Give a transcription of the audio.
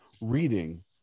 reading